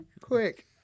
Quick